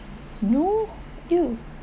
no you